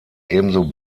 ebenso